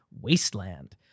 wasteland